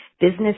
business